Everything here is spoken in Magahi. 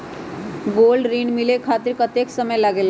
गोल्ड ऋण मिले खातीर कतेइक समय लगेला?